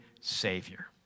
Savior